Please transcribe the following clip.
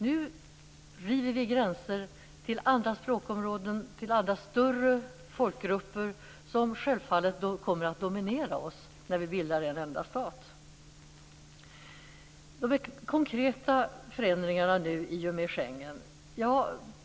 Nu river vi gränser till andra språkområden, till andra större folkgrupper, som självfallet kommer att dominera oss när vi bildar en enda stat. Så till de konkreta förändringarna i och med Schengensamarbetet.